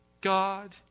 God